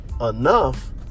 enough